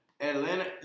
Atlanta